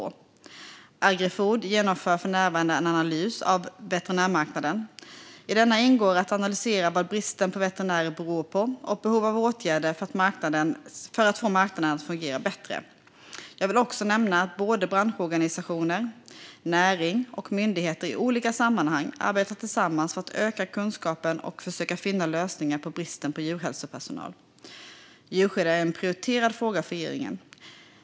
Agrifood genomför för närvarande en analys av veterinärmarknaden. I denna ingår att analysera vad bristen på veterinärer beror på och behov av åtgärder för att få marknaden att fungera bättre. Jag vill också nämna att både branschorganisationer, näring och myndigheter i olika sammanhang arbetar tillsammans för att öka kunskapen och försöka finna lösningar på bristen på djurhälsopersonal. Djurskydd är en prioriterad fråga för regeringen.